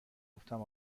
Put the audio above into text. گفتم